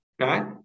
right